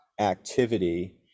activity